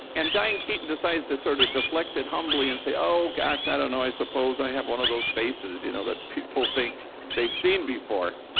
and diane keaton decides to sort of deflect it humbly and say, oh, gosh, i don't know. i suppose i have one of those faces you know that people think they've seen before.